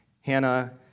Hannah